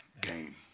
game